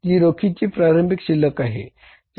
जी रोखीची प्रारंभिक शिल्लक होती